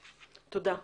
תודה.